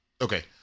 Okay